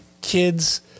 kids